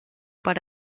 per